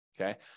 Okay